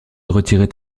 retirait